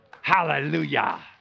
hallelujah